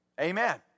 Amen